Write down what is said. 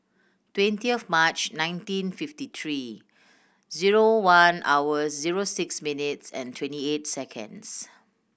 twenty of March nineteen fifty three zero one hours zero six minutes and twenty eight seconds